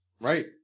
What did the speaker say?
Right